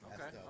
Okay